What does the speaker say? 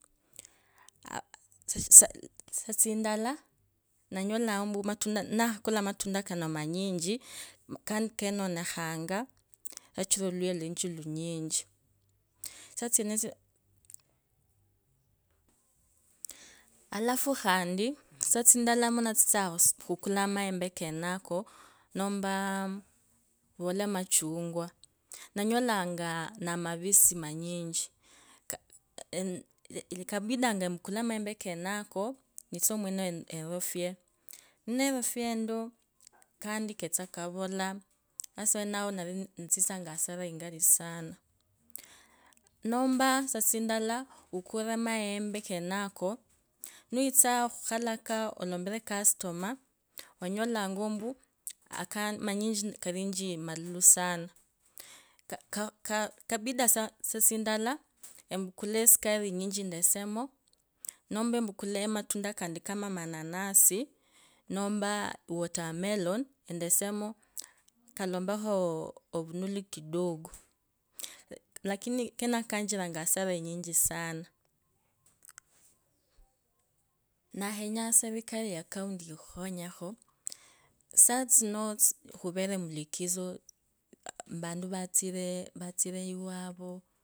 Ahh tsisaa tsindala nanyolanga mbuu, matau nukha kula matunda kano kandi kenonakhanga sichira oluya nulinyinji saa tsenonzo. alafu khandi tsisaa tsindala lwandatsitsanga khukula maembe kenako ndanyolangaa namavisi manyichi kaa kabidi empukule amaembe kenako erufie omwene. Nerufia endio kandi ketse kavole, sasa wenao nda ndatsitsanga hasara ingali sana nombo tsisaa tsindala ukurire maembe kenako nwitsa khukhalako olompirekasitoma wanyolanga ombu manyinji namalulu sana, kabidanga ombuu empukule matunda kandi kama mananasi nombaa watermelon endasamo kalompekhoo ooo ovunulu kidogo lakini kenako kampetsanga hasara inyichi sana. Ndakhenyanga serikali ya county ikhukhonyekho saatsino khuvere mulikizo vantu vatsire vatsire iwavuo.